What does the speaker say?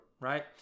right